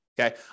Okay